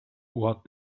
what